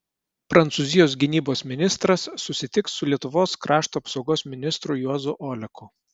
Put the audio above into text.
prancūzijos gynybos ministras susitiks su lietuvos krašto apsaugos ministru juozu oleku